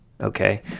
Okay